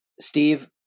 Steve